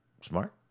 Smart